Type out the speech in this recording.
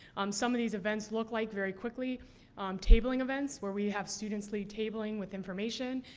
um some of these events look like very quickly um tabling events where we have students lead tabling with information.